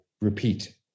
repeat